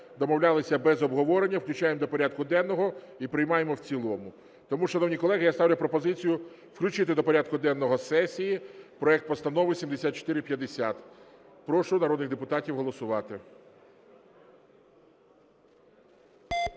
домовлялися без обговорення, включаємо до порядку денного і приймаємо в цілому. Тому, шановні колеги, я ставлю пропозицію включити до порядку денного сесії проект Постанови 7450. Прошу народних депутатів голосувати.